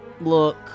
look